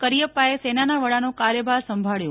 કરિયપ્પાએ સેનાના વડાનો કાર્યભાર સંભાળ્યો